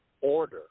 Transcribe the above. order